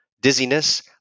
dizziness